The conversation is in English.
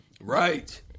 Right